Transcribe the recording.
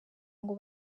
ngo